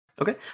Okay